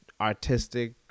artistic